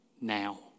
now